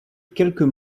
quelques